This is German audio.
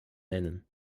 nennen